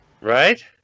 Right